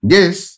Yes